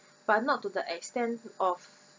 but not to the extent of